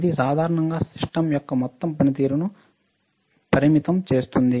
ఇది సాధారణంగా సిస్టమ్ యొక్క మొత్తం పనితీరును పరిమితం చేస్తుంది